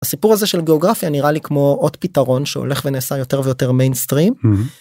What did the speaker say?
הסיפור הזה של גאוגרפיה נראה לי כמו עוד פתרון שהולך ונעשה יותר ויותר מיינסטרים.